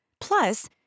Plus